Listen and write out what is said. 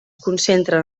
concentren